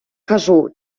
кажу